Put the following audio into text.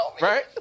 Right